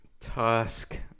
tusk